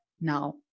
now